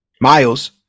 Miles